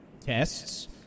Tests